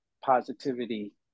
positivity